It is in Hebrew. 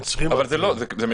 הם צריכים --- זה משנה,